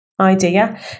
idea